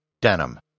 denim